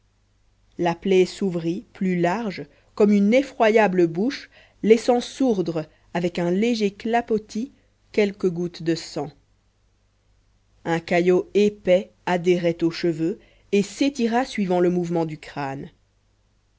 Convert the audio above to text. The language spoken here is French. la plaie s'ouvrit plus large comme une effroyable bouche laissant sourdre avec un léger clapotis quelques gouttes de sang un caillot épais adhérait aux cheveux et s'étira suivant le mouvement du crâne